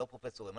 לא פרופסורים.